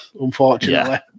unfortunately